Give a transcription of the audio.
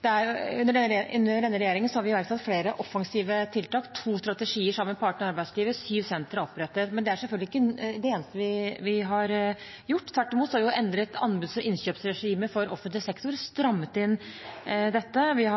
Under denne regjeringen har vi iverksatt flere offensive tiltak – to strategier sammen med partene i arbeidslivet – og syv sentre er opprettet. Men det er selvfølgelig ikke det eneste vi har gjort – tvert imot. Vi har endret anbuds- og innkjøpsregimet for offentlig sektor, strammet inn dette, og vi har